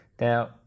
Now